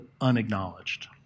unacknowledged